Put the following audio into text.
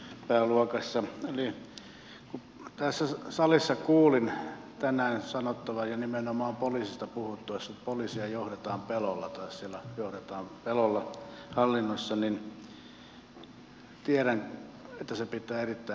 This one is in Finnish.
kun tässä salissa kuulin tänään sanottavan ja nimenomaan poliisista puhuttaessa että poliisia johdetaan pelolla tai siellä johdetaan pelolla hallinnossa niin tiedän että se pitää erittäin paljon paikkansa